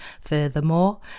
Furthermore